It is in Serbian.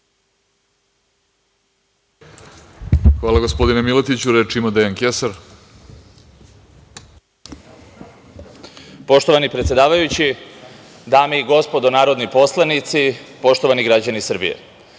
Hvala, gospodine Miletiću. Reč ima Dejan Kesar. **Dejan Kesar** Poštovani predsedavajući, dame i gospodo narodni poslanici, poštovani građani Srbije,